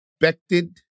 expected